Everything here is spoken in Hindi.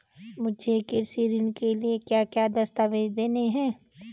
मुझे कृषि ऋण के लिए क्या क्या दस्तावेज़ देने हैं?